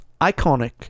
iconic